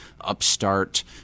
upstart